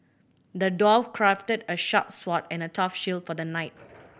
the dwarf crafted a sharp sword and a tough shield for the knight